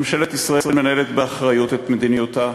ממשלת ישראל מנהלת באחריות את מדיניותה.